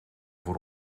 voor